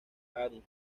antón